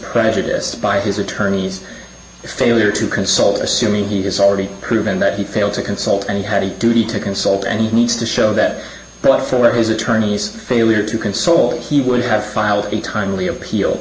prejudice by his attorneys failure to consult assuming he has already proven that he failed to consult any heavy duty to consult and he needs to show that but for his attorneys failure to console he would have filed a timely appeal